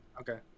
Okay